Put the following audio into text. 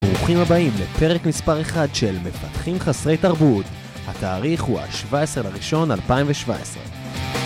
ברוכים הבאים לפרק מספר 1 של "מפתחים חסרי תרבות", התאריך הוא ה-17-01-2017.